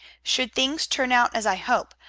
should things turn out as i hope,